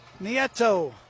Nieto